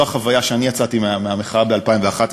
זו החוויה שאני יצאתי ממנה מהמחאה ב-2011.